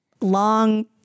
long